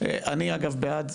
לא טובה.